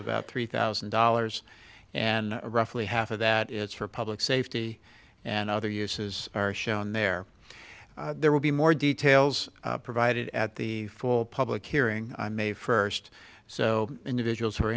about three thousand dollars and roughly half of that is for public safety and other uses are shown there there will be more details provided at the full public hearing on may first so individuals who are